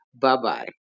Bye-bye